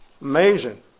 Amazing